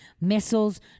missiles